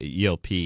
ELP